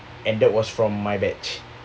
and that was from my batch